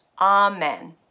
Amen